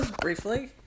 briefly